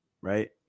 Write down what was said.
Right